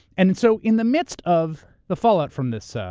and and so, in the midst of the fallout from this, so